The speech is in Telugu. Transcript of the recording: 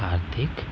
కార్తీక్